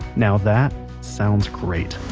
now that sounds great